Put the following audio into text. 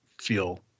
feel